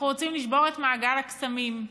אנחנו רוצים לשבור את מעגל הקסמים,